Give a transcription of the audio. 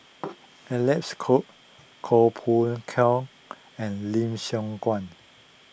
Alec Kuok Koh Poh Koon and Lim Siong Guan